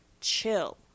chill